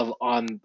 on